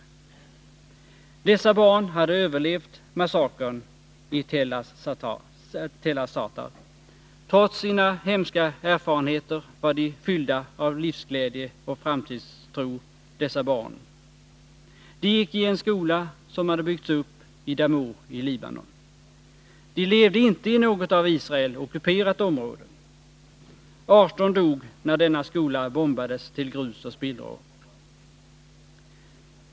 De barn som skall gå i denna skola hade överlevt massakern i Tell az-Zatar. Trots sina hemska erfarenheter var de fyllda av livsglädje och framtidstro. De gick i en skola som hade byggts upp i Damour i Libanon. De levde inte i något av Israel ockuperat område. 18 dog när skolan bombades till grus och spillror.